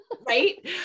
Right